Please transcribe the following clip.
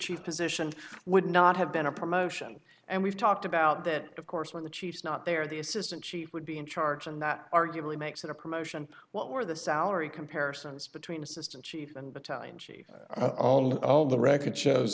chief position would not have been a promotion and we've talked about that of course when the chiefs not there the assistant chief would be in charge and that arguably makes it a promotion what were the salary comparisons between assistant chief and battalion chief of the record shows